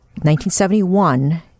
1971